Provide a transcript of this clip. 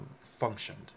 functioned